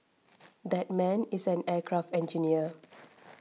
that man is an aircraft engineer